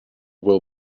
will